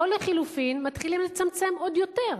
או לחלופין מתחילים לצמצם עוד יותר.